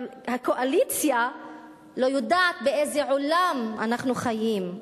אבל הקואליציה לא יודעת באיזה עולם אנחנו חיים.